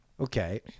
Okay